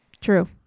true